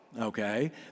okay